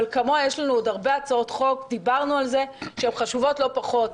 אבל כמוה יש לנו עוד הרבה הצעות חוק חשובות לא פחות.